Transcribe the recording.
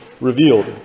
revealed